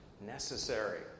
necessary